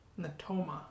Natoma